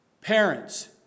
Parents